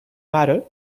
matter